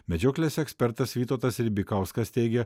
medžioklės ekspertas vytautas ribikauskas teigia